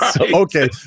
Okay